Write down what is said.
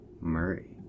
Murray